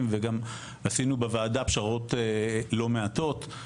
וגם עשינו בוועדה פשרות לא מעטות.